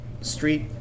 street